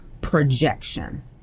projection